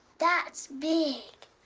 that's big.